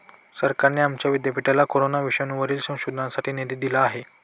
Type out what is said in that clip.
सरकारने आमच्या विद्यापीठाला कोरोना विषाणूवरील संशोधनासाठी निधी दिला आहे